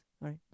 right